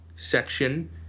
Section